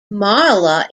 marla